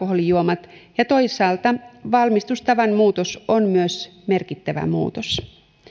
alkoholijuomat ja toisaalta valmistustavan muutos on myös merkittävä muutos